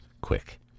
Quick